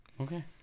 Okay